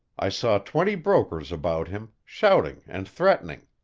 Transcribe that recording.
i saw twenty brokers about him, shouting and threatening.